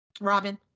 Robin